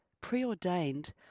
preordained